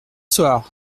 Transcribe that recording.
soir